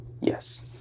Yes